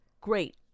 Great